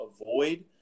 avoid